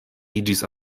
iĝis